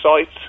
sites